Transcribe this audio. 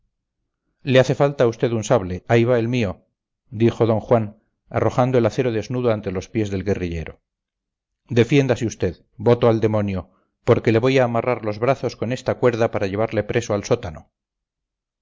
le hace falta a usted un sable ahí va el mío dijo d juan martín arrojando el acero desnudo ante los pies del guerrillero defiéndase usted voto al demonio porque le voy a amarrar los brazos con esta cuerda para llevarle preso al sótano